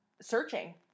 searching